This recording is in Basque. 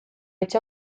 etxe